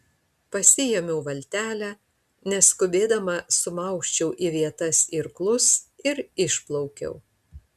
pasiėmiau valtelę neskubėdama sumausčiau į vietas irklus ir išplaukiau